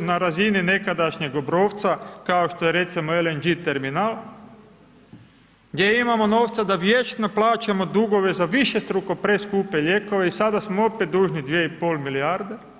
na razini nekadašnjeg Obrovca, kao što je recimo LNG terminal, gdje imamo novca da vječno plaćamo dugove za višestruko preskupe lijekove i sada smo opet dužni 2,5 milijarde.